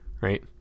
right